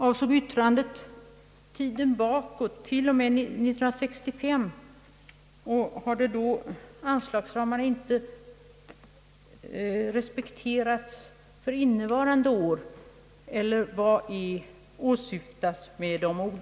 Avsåg yttrandet förfluten tid till och med 1965, och har i så fall anslagsramarna inte respekterats för innevarande år, eller vad åsyftas med dessa ord?